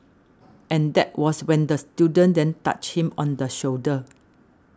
and that was when the student then touched him on the shoulder